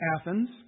Athens